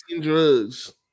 drugs